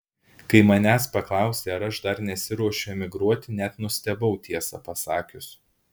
kai manęs paklausė ar aš dar nesiruošiu emigruoti net nustebau tiesą pasakius